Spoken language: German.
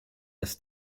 des